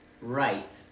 Right